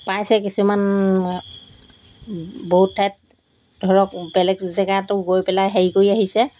পাইছে কিছুমান বহুত ঠাইত ধৰক বেলেগ জেগাতো গৈ পেলাই হেৰি কৰি আহিছে